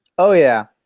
oh yeah,